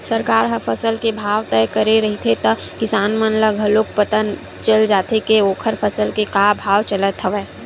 सरकार ह फसल के भाव तय करे रहिथे त किसान मन ल घलोक पता चल जाथे के ओखर फसल के का भाव चलत हवय